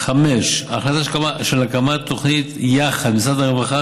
5. החלטה של הקמת תוכנית יחד במשרד הרווחה,